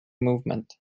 movement